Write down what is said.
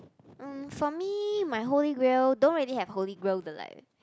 um for me my holy grail don't really have holy grail leh